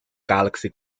galaxy